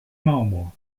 membres